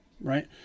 right